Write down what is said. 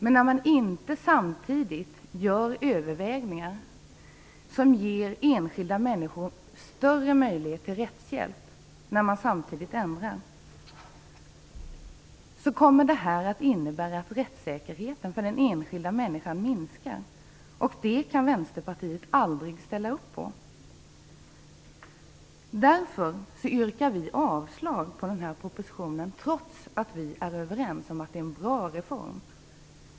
Men när man inte samtidigt gör övervägningar som ger enskilda människor större möjlighet till rättshjälp innebär denna förändring att rättssäkerheten för den enskilda människan minskar. Det kan Vänsterpartiet aldrig ställa upp på. Därför yrkar vi avslag på propositionen, trots att vi är överens med majoriteten om att det är en bra reform.